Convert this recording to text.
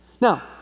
Now